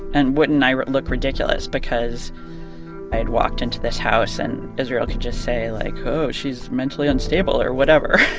and wouldn't i look ridiculous because i had walked into this house, and israel could just say like, oh, she's mentally unstable or whatever,